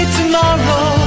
tomorrow